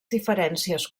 diferències